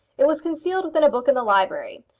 it was concealed within a book in the library.